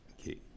Okay